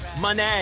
money